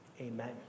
amen